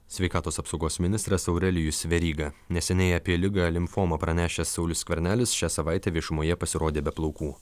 sveikatos apsaugos ministras aurelijus veryga neseniai apie ligą limfomą pranešęs saulius skvernelis šią savaitę viešumoje pasirodė be plaukų